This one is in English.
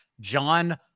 John